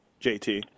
JT